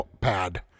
pad